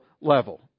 level